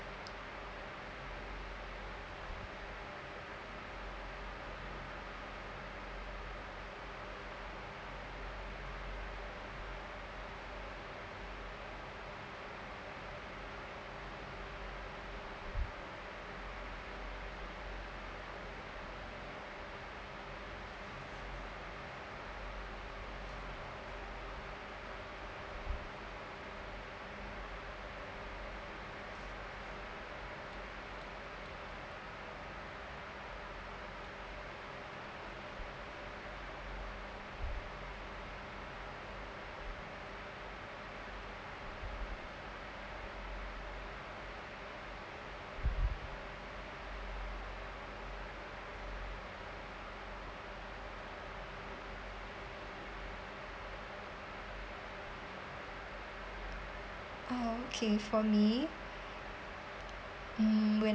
ah okay for me um when